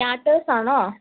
starters ആണോ